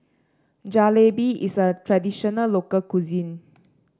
Jalebi is a traditional local cuisine